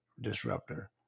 disruptor